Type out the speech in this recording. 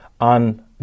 on